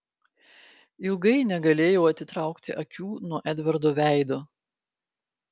ilgai negalėjau atitraukti akių nuo edvardo veido